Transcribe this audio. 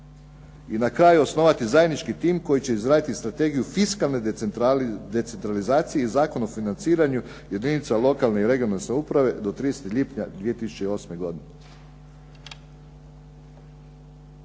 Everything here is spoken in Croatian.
i na kraju osnovati zajednički tim koji će izraditi strategiju fiskalne decentralizacije i Zakon o financiranju jedinica lokalne i regionalne samouprave do 30. lipnja 2008. godine.